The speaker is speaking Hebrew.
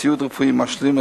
ציוד רפואי משלים,